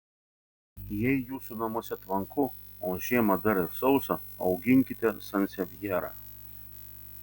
jei jūsų namuose tvanku o žiemą dar ir sausa auginkite sansevjerą